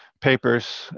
Papers